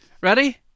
Ready